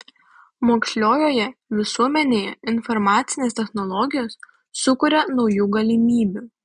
moksliojoje visuomenėje informacinės technologijos sukuria naujų galimybių